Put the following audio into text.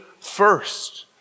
first